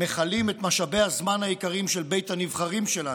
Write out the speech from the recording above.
מכלים את משאבי הזמן היקרים של בית הנבחרים שלנו?